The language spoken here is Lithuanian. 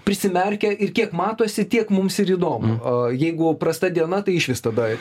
prisimerkę ir kiek matosi tiek mums ir įdomu a jeigu prasta diena tai išvis tada